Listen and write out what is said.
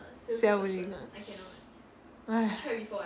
selling ah